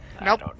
Nope